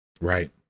Right